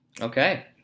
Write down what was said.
Okay